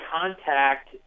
contact